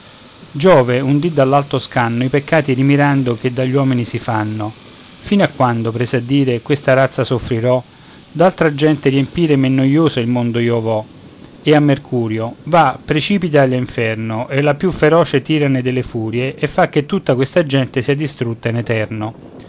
giove un dì dall'alto scanno i peccati rimirando che dagli uomini si fanno fino a quando prese a dire questa razza soffrirò d'altra gente riempire men noiosa il mondo io vo e a mercurio va precipitati all'inferno e la più feroce tirane delle furie e fa che tutta questa gente sia distrutta in eterno